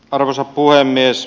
arvoisa puhemies